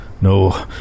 No